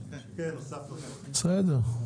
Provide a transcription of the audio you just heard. בסדר.